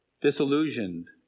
disillusioned